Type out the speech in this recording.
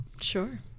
Sure